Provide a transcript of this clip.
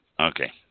Okay